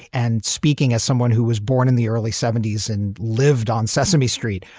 and speaking as someone who was born in the early seventy s and lived on sesame street,